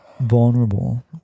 vulnerable